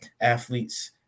athletes